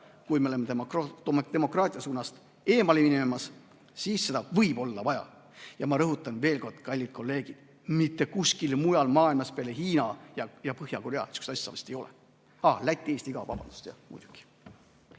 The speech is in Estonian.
kui me oleme demokraatia suunast eemale minemas, siis seda võib olla vaja. Ja ma rõhutan veel kord, kallid kolleegid: mitte kuskil mujal maailmas peale Hiina ja Põhja-Korea sihukest asja vahest ei ole. Aa, Läti ja Eesti ka. Vabandust! Jah, muidugi.